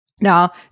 Now